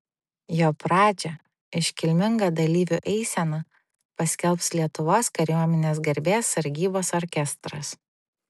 jo pradžią iškilminga dalyvių eisena paskelbs lietuvos kariuomenės garbės sargybos orkestras